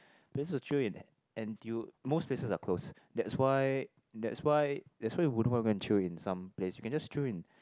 places to chill in N_T_U most places are closed that's why that's why that's why you wouldn't want to go and chill in some place you can just chill in